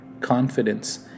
confidence